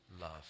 love